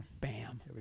Bam